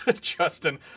Justin